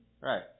Right